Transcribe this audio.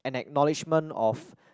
an acknowledgement of